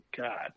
God